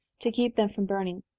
to keep them from burning.